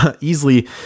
Easily